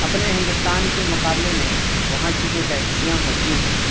اپنے ہندوستان کے مقابلے میں وہاں کی جو ٹیکسیاں ہوتی ہیں